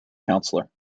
councillor